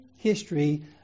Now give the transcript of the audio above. history